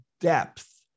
depth